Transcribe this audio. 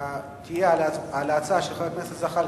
תהיה על ההצעה של חבר הכנסת זחאלקה.